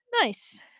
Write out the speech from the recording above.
Nice